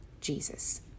Jesus